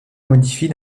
modifie